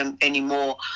anymore